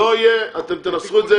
לא יהיה, אתם תנסחו את זה.